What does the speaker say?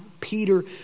Peter